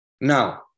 Now